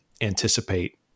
anticipate